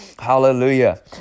Hallelujah